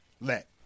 let